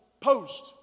post